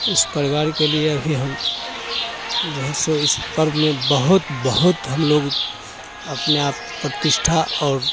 इस परिवार के लिए भी हम जो है इस पर्व में बहुत बहुत हम लोग अपने आप प्रतिष्ठा और